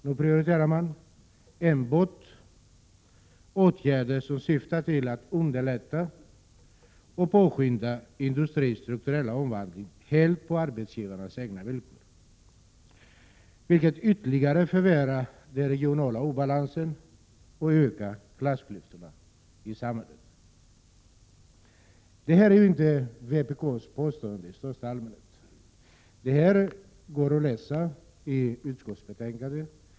Nu prioriteras enbart åtgärder som syftar till att underlätta och påskynda industrins strukturella omvandling helt på arbetsgivarnas egna villkor, vilket ytterligare förvärrar den regionala obalansen och ökar klassklyftorna i samhället. Detta är inte vpk:s påståenden i största allmänhet, utan det här står att läsa i utskottsbetänkandet.